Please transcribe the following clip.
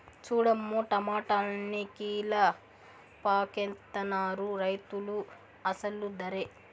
సూడమ్మో టమాటాలన్ని కీలపాకెత్తనారు రైతులు అసలు దరే